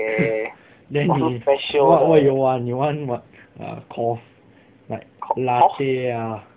then 你 what what you want you want what err cof~ like latte ah